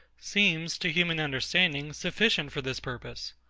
seems to human understanding sufficient for this purpose.